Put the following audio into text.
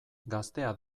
gaztea